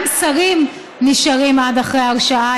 גם שרים נשארים עד אחרי ההרשעה.